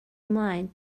ymlaen